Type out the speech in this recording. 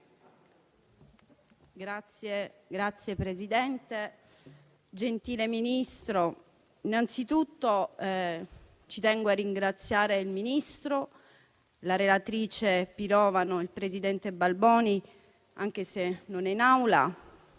Signor Presidente, gentile Ministro, innanzitutto ci tengo a ringraziare il Ministro, la relatrice Pirovano e il presidente Balboni, anche se non è in Aula,